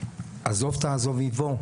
"עזוב תעזוב עימו".